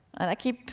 and i keep